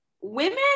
women